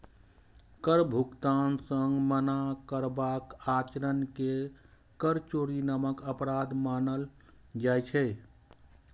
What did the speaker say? कर भुगतान सं मना करबाक आचरण कें कर चोरी नामक अपराध मानल जाइ छै